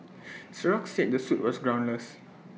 Xerox said the suit was groundless